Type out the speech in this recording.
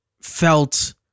felt